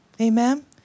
Amen